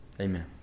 Amen